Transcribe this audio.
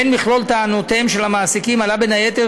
בין מכלול טענותיהם של המעסיקים עלה בין היתר